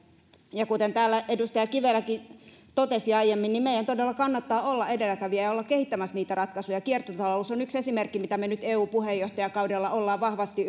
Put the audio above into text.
kuten edustaja kiveläkin täällä totesi aiemmin niin meidän todella kannattaa olla edelläkävijä ja olla kehittämässä niitä ratkaisuja kiertotalous on yksi esimerkki mitä me nyt eu puheenjohtajakaudella ollaan vahvasti